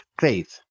faith